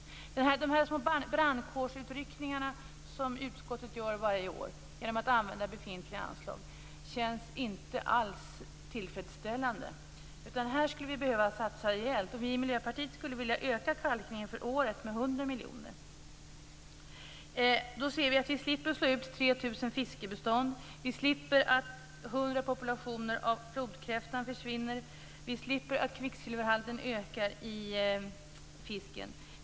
De här små brandkårsutryckningarna som utskottet gör varje år genom att använda befintliga anslag känns inte alls tillfredsställande. Här skulle vi behöva satsa rejält. Vi i Miljöpartiet skulle vilja öka kalkningen för året med 100 miljoner. Då ser vi att vi slipper slå ut 3 000 fiskbestånd. Vi slipper att 100 populationer av flodkräfta försvinner. Vi slipper att kvicksilverhalten ökar i fisken.